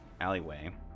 alleyway